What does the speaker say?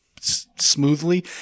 smoothly